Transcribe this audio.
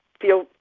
feel